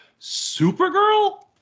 Supergirl